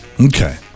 Okay